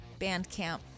Bandcamp